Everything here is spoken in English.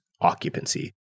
occupancy